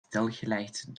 stilgelegd